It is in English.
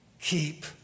Keep